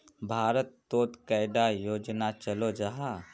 भारत तोत कैडा योजना चलो जाहा?